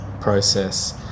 process